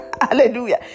Hallelujah